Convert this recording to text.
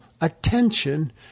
attention